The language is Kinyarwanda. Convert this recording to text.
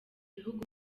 bihugu